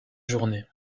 journée